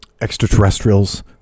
extraterrestrials